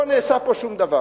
לא נעשה פה שום דבר.